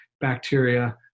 bacteria